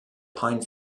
pine